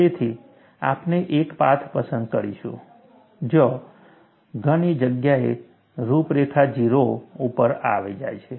તેથી આપણે એક પાથ પસંદ કરીશું જ્યાં ઘણી જગ્યાએ રૂપરેખા 0 ઉપર જાય છે